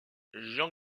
jean